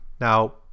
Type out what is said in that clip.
Now